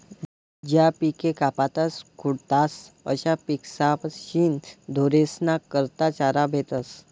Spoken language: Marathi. ज्या पिके कापातस खुडातस अशा पिकेस्पाशीन ढोरेस्ना करता चारा भेटस